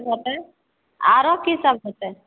होतै आरो कि सब होतै